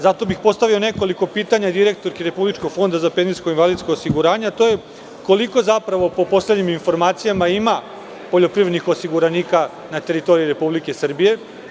Zato bih postavio nekoliko pitanja direktorki Republičkog fonda za penzijsko i invalidsko osiguranje, a to je – koliko po poslednjim informacijama ima poljoprivrednih osiguranika na teritoriji Republike Srbije?